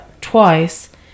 twice